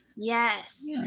Yes